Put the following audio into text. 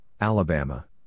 Alabama